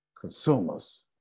consumers